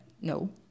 No